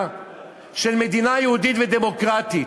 כלשהי של מדינה יהודית ודמוקרטית.